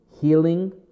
healing